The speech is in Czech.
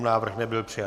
Návrh nebyl přijat.